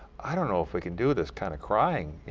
i don't know if we can do this, kind of crying.